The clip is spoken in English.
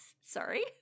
sorry